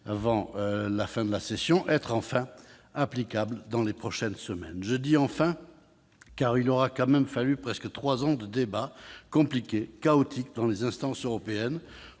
avant la fin de la session, être enfin applicable dans les prochaines semaines. Je dis « enfin », car il aura tout de même fallu trois ans d'un débat compliqué et chaotique dans les instances européennes